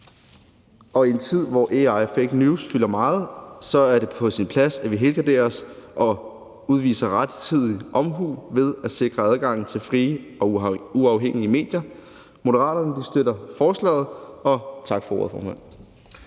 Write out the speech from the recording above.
og i en tid, hvor AI og fake news fylder meget, er det på sin plads, at vi helgarderer os og udviser rettidig omhu ved at sikre adgang til frie og uafhængige medier. Moderaterne støtter forslaget. Tak for ordet,